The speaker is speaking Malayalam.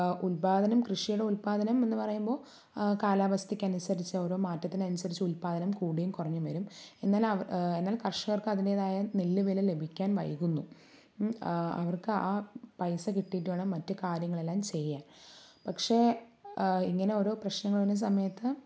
ഉല്പാദനം കൃഷിയുടെ ഉല്പാദനം എന്ന് പറയുമ്പോൾ കാലാവസ്ഥയ്ക്ക് അനുസരിച്ച ഓരോ മാറ്റത്തിനനുസരിച്ച് ഉല്പാദനം കൂടിയും കുറഞ്ഞും വരും എന്നാല് അവ എന്നാൽ കര്ഷകര്ക്ക് അതിന്റേതായ നെല്ലുവില ലഭിക്കാന് വൈകുന്നു അവര്ക്ക് ആ പൈസ കിട്ടിയിട്ട് വേണം മറ്റു കാര്യങ്ങളെല്ലാം ചെയ്യാന് പക്ഷേ ഇങ്ങനെ ഓരോ പ്രശ്നങ്ങള് വരുന്ന സമയത്ത്